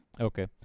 Okay